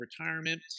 retirement